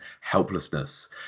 helplessness